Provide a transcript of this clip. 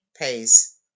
pays